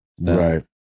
Right